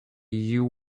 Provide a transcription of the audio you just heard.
you